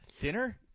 Dinner